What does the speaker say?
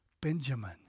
Benjamin